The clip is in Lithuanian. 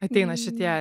ateina šitie